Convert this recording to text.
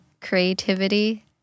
creativity